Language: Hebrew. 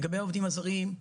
לגבי העובדים הזרים,